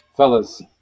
Fellas